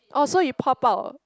orh so you pop out ah